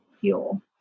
fuel